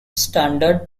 standard